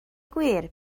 gwir